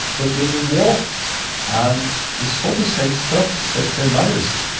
but when we walked and we saw the same stuff, same matters,